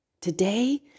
today